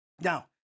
Now